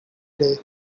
day